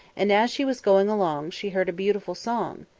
and as she was going along she heard a beautiful song.